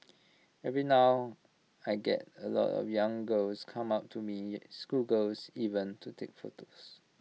even now I get A lot of young girls come up to me schoolgirls even to take photos